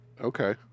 Okay